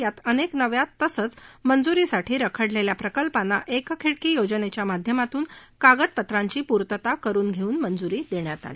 यात अनेक नव्या तसंच मंजूरीसाठी रखडलेल्या प्रकल्पांना एक खिडकी योजनेच्या माध्यमातून कागदपत्रांची पुर्तता करून मंजूरी देण्यात आली